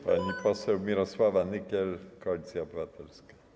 Pani poseł Mirosława Nykiel, Koalicja Obywatelska.